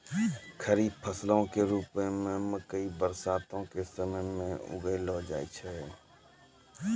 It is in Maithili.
खरीफ फसलो के रुपो मे मकइ बरसातो के समय मे उगैलो जाय छै